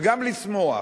וגם לשמוח.